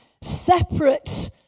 separate